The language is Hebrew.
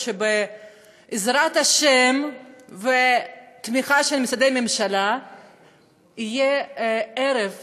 שבעזרת השם ובתמיכה של משרדי ממשלה יהיה ערב